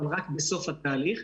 ורק בסוף התהליך.